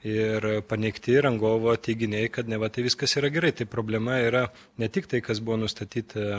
ir paneigti rangovo teiginiai kad neva tai viskas yra gerai tai problema yra ne tik tai kas buvo nustatyta